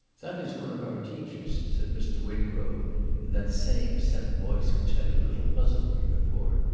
that is one of our teachers, said mr. win grove in that same set voice which had a little puzzled me before.